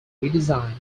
redesigned